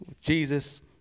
Jesus